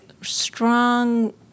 strong